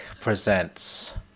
presents